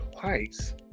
twice